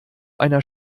einer